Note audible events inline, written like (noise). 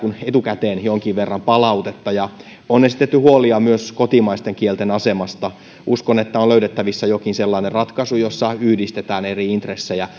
etukäteen jonkin verran palautetta ja on esitetty huolia myös kotimaisten kielten asemasta uskon että on löydettävissä jokin sellainen ratkaisu jossa yhdistetään eri intressejä (unintelligible)